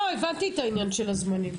הבנתי את העניין של הזמן.